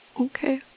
Okay